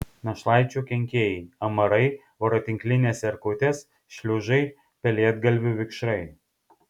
našlaičių kenkėjai amarai voratinklinės erkutės šliužai pelėdgalvių vikšrai